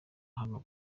hano